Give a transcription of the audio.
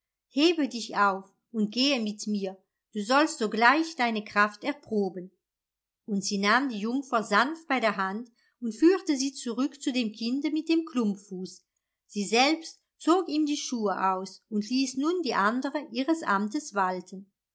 hebe dich auf und gehe mit mir du sollst sogleich deine kraft erproben und sie nahm die jungfer sanft bei der hand und führte sie zurück zu dem kinde mit dem klumpfuß sie selbst zog ihm die schuhe aus und ließ nun die andere ihres amtes walten